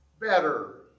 better